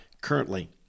currently